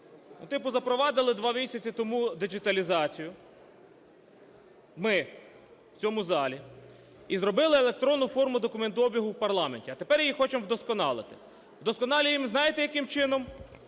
Типу запровадили два місяці тому діджиталізацію ми в цьому залі і зробили електронну форму документообігу в парламенті, а тепер її хочемо вдосконалити. Вдосконалюємо знаєте яким чином?